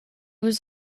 was